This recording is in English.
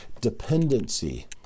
Dependency